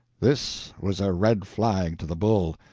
this was a red flag to the bull.